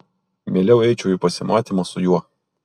mieliau eičiau į pasimatymą su juo